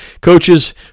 Coaches